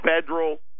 federal